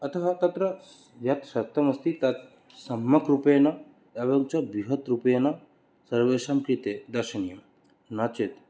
अतः तत्र यत्सत्यम् अस्ति तत् सम्यग्रूपेण एवञ्च बृहद्रूपेण सर्वेषाङ्कृते दर्शनीयं न चेत्